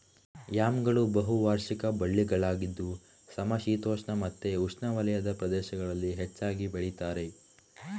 ಯಾಮ್ಗಳು ಬಹು ವಾರ್ಷಿಕ ಬಳ್ಳಿಗಳಾಗಿದ್ದು ಸಮಶೀತೋಷ್ಣ ಮತ್ತೆ ಉಷ್ಣವಲಯದ ಪ್ರದೇಶಗಳಲ್ಲಿ ಹೆಚ್ಚಾಗಿ ಬೆಳೀತಾರೆ